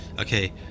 okay